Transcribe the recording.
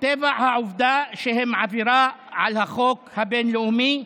מטבע העובדה שהם עבירה על החוק הבין-לאומי.